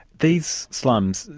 these slums,